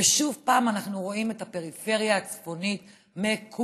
ושוב אנחנו רואים את הפריפריה הצפונית מקופחת.